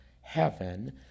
heaven